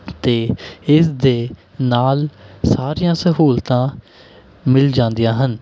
ਅਤੇ ਇਸ ਦੇ ਨਾਲ ਸਾਰੀਆਂ ਸਹੂਲਤਾਂ ਮਿਲ ਜਾਂਦੀਆਂ ਹਨ